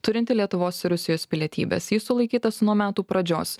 turintį lietuvos ir rusijos pilietybes jis sulaikytas nuo metų pradžios